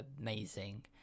amazing